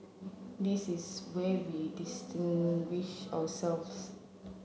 this is where we distinguish ourselves